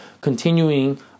continuing